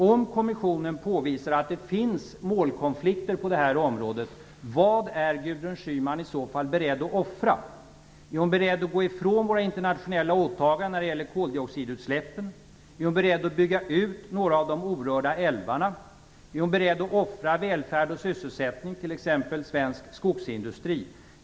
Om kommissionen påvisar att det finns målkonflikter på det här området, vad är Gudrun Schyman i så fall beredd att offra? Är hon beredd att gå ifrån våra internationella åtaganden när det gäller koldioxidutsläpp? Är hon beredd att bygga ut några av de orörda älvarna? Är hon beredd att offra välfärd och sysselsättning, t.ex. svensk skogsindustri?